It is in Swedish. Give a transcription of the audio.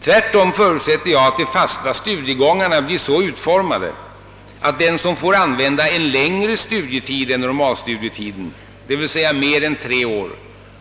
Tvärtom förutsätter jag att de fasta studiegångarna blir så utformade, att den som får använda en längre tid än normalstudietiden, d. v. s. mer än tre år,